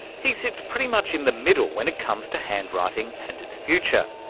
he sits pretty much in the middle when it comes to handwriting and its future.